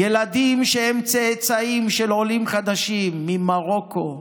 ילדים שהם צאצאים של עולים חדשים ממרוקו,